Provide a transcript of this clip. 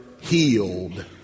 healed